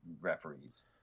referees